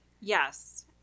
Yes